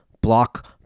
block